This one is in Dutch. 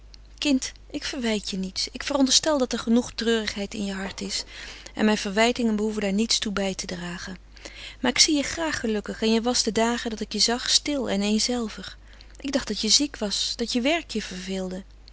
kind ik verwijt je niets ik veronderstel dat er genoeg treurigheid in je hart is en mijn verwijtingen behoeven daar niets toe bij te dragen maar ik zie je graag gelukkig en je was de dagen dat ik je zag stil en eenzelvig ik dacht dat je ziek was dat je werk je verveelde